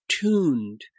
tuned